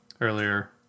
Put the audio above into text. earlier